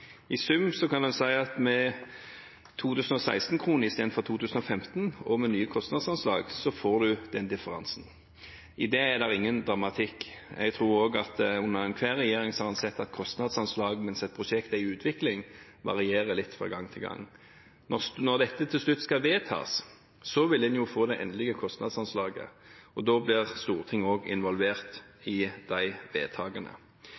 I sum: Med 2016-kroner i stedet for 2015-kroner, og med nye kostnadsanslag, får vi den differansen. I det er det ingen dramatikk. Under enhver regjering har en sett at kostnadsanslag mens et prosjekt er i utvikling, varierer litt fra gang til gang. Når dette til slutt skal vedtas, vil en jo få det endelige kostnadsanslaget, og da blir Stortinget også involvert i de vedtakene.